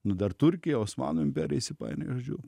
nu dar turkija osmanų imperija įsipainiojo žodžiu